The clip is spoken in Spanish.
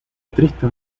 triste